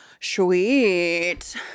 Sweet